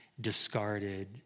discarded